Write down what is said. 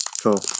Cool